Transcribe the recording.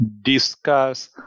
discuss